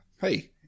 hey